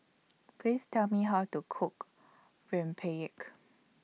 Please Tell Me How to Cook Rempeyek